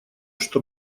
что